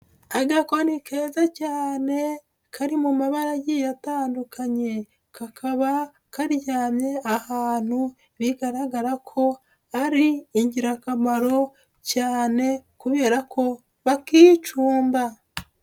Agakoni keza cyane kari mu mabara agiye atandukanye, kakaba karyamye ahantu bigaragara ko ari ingirakamaro cyane kubera ko bakicumba.